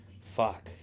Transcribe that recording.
Fuck